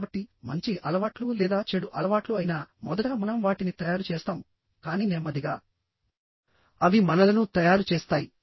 కాబట్టి మంచి అలవాట్లు లేదా చెడు అలవాట్లు అయినామొదట మనం వాటిని తయారు చేస్తాము కానీ నెమ్మదిగా అవి మనలను తయారు చేస్తాయి